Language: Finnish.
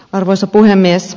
arvoisa puhemies